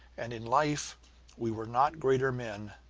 and in life we were not greater men,